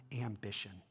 ambition